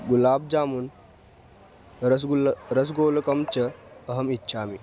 गुलाब् जामून् रस्गुल्ल रस्गोलुकं च अहम् इच्छामि